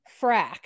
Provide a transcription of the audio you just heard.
Frack